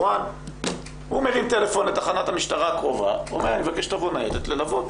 הוא מרים טלפון לתחנת המשטרה הקרובה ומבקש שתבוא ניידת ללוות.